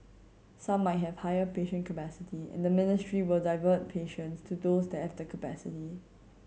some might have higher patient capacity and the ministry will divert patients to those that have the capacity